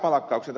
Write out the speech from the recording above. mutta ed